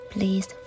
Please